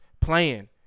Playing